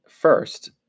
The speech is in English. first